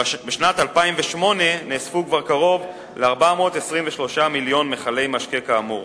בשנת 2008 נאספו כבר קרוב ל-423 מיליון מכלי משקה כאמור.